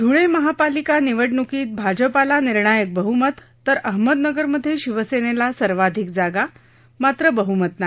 धुळे महापालिका निवडणुकीत भाजपाला निर्णायक बहुमत तर अहमदनगरमधे शिवसेनेला सर्वाधिक जागा मात्र बहुमत नाही